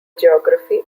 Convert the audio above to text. geography